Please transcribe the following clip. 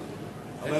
חברי חברי הכנסת,